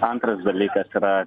antras dalykas yra